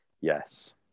Yes